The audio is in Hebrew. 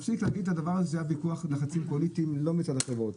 להפסיק להגיד שהיו לחצים מצד החברות,